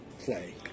play